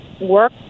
work